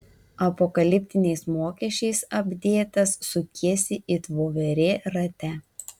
apokaliptiniais mokesčiais apdėtas sukiesi it voverė rate